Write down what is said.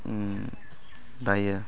दायो